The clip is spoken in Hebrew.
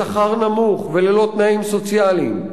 בשכר נמוך וללא תנאים סוציאליים.